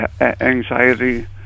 Anxiety